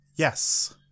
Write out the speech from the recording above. Yes